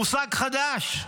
מושג חדש,